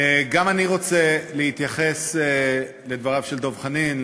אני רוצה להתייחס לדבריו של דב חנין,